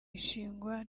ishingwa